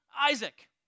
Isaac